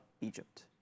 Egypt